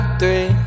three